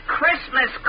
Christmas